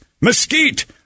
mesquite